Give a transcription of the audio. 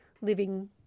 living